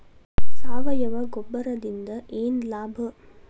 ಸಾವಯವ ಗೊಬ್ಬರದಿಂದ ಏನ್ ಲಾಭ?